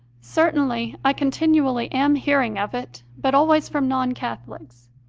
certainly i continually am hearing of it, but always from non catholics.